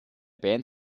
band